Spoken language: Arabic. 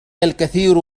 الكثير